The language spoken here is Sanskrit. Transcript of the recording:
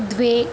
द्वे